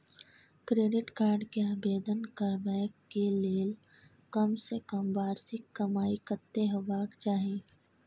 Credit card के आवेदन करबैक के लेल कम से कम वार्षिक कमाई कत्ते होबाक चाही?